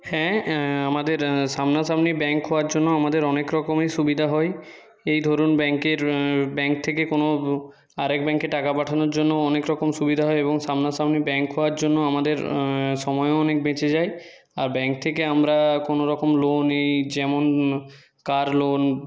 হ্যাঁ আমাদের সামনা সামনি ব্যাংক হওয়ার জন্য আমাদের অনেক রকমের সুবিধা হয় এই ধরুন ব্যাংকের ব্যাংক থেকে কোনো আরেক ব্যাংকে টাকা পাঠানোর জন্য অনেক রকম সুবিধা হয় এবং সামনা সামনি ব্যাংক হওয়ার জন্য আমাদের সময়ও অনেক বেঁচে যায় আর ব্যাংক থেকে আমরা কোনো রকম লোন এই যেমন কার লোন